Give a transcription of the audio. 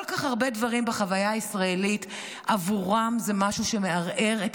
כל כך הרבה דברים בחוויה הישראלית בעבורם זה משהו שמערער את